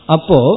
Apo